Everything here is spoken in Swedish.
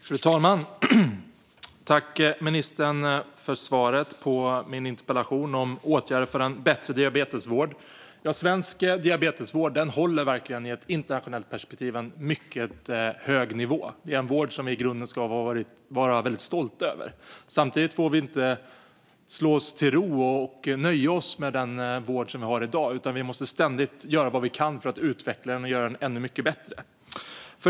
Fru talman! Jag tackar ministern för svaret på min interpellation om åtgärder för en bättre diabetesvård. Svensk diabetesvård håller verkligen en mycket hög nivå i ett internationellt perspektiv. Det är en vård som vi i grunden ska vara väldigt stolta över. Samtidigt får vi inte slå oss till ro och nöja oss med den vård som vi har i dag, utan vi måste ständigt göra vad vi kan för att utveckla den och göra den ännu mycket bättre.